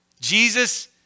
Jesus